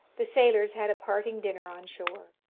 the sailors had a parting dinner on shore.